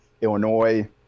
Illinois